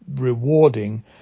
rewarding